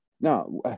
Now